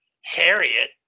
Harriet